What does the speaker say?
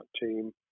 team